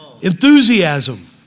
Enthusiasm